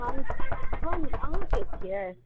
हम हम अहाँकेँ छियै